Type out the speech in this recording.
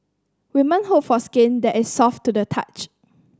woman hope for skin that is soft to the touch